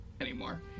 anymore